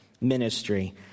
ministry